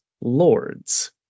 lords